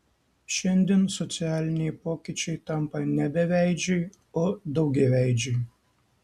šiandien socialiniai pokyčiai tampa ne beveidžiai o daugiaveidžiai